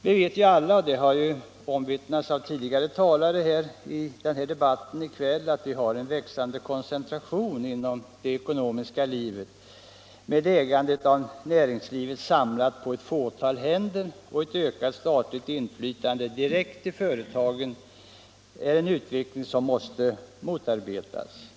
Vi vet alla — och det har ju omvittnats av tidigare talare i denna debatt i kväll — att det förekommer en växande koncentration inom det ekonomiska livet med ägandet av näringslivet samlat på ett fåtal händer och ett ökat statligt inflytande direkt i företagen. Det är en utveckling som måste motarbetas.